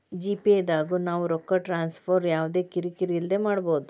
GPay ದಾಗು ನಾವ್ ರೊಕ್ಕ ಟ್ರಾನ್ಸ್ಫರ್ ಯವ್ದ ಕಿರಿ ಕಿರಿ ಇಲ್ದೆ ಮಾಡ್ಬೊದು